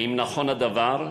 1. האם נכון הדבר?